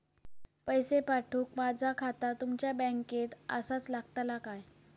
पैसे पाठुक माझा खाता तुमच्या बँकेत आसाचा लागताला काय?